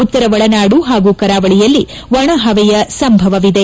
ಉತ್ತರ ಒಳೆನಾಡು ಹಾಗೂ ಕರಾವಳಿಯಲ್ಲಿ ಒಣ ಹವೆಯ ಸಂಭವವಿದೆ